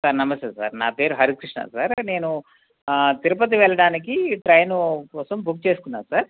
sir నమస్తే sir నా పేరు హరి కృష్ణ సార్ నేను తిరుపతి వెళ్ళడానికి ట్రైను కోసం బుక్ చేసుకున్నాను సార్